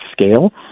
scale